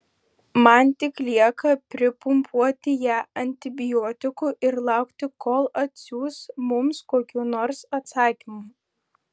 man tik lieka pripumpuoti ją antibiotikų ir laukti kol atsiųs mums kokių nors atsakymų